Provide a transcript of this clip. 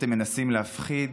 אתם מנסים להפחיד,